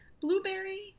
Blueberry